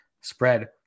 spread